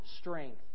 strength